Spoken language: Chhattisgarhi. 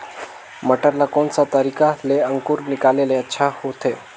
मटर ला कोन सा तरीका ले अंकुर निकाले ले अच्छा होथे?